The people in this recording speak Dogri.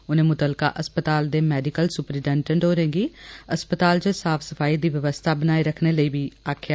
उनें मुतलका अस्पताल दे मैडिकल सुप्रिटैंडैंट होरेंगी अस्पताल च साफ सफाई दी व्यवस्था बनाई रक्खने लेई गलाया